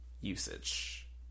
usage